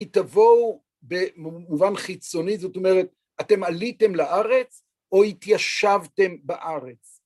כי תבואו במובן חיצוני, זאת אומרת, אתם עליתם לארץ או התיישבתם בארץ?